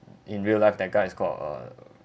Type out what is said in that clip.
in real life that guy is called uh